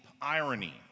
irony